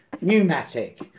pneumatic